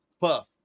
Puff